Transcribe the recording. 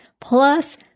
plus